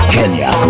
Kenya